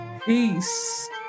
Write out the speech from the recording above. Peace